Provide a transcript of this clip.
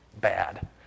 bad